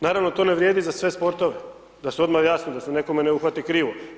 Naravno to ne vrijedi za sve sportove, da se odmah jasno, da se netko me ne uhvati krivo.